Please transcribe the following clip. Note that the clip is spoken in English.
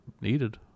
needed